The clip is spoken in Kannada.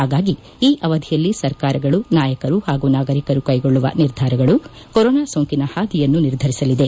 ಹಾಗಾಗಿ ಈ ಅವಧಿಯಲ್ಲಿ ಸರ್ಕಾರಗಳು ನಾಯಕರು ಹಾಗೂ ನಾಗರಿಕರು ಕೈಗೊಳ್ಳುವ ನಿರ್ಧಾರಗಳು ಕೊರೊನಾ ಸೋಂಕಿನ ಹಾದಿಯನ್ನು ನಿರ್ಧರಿಸಲಿದೆ